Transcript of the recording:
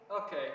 Okay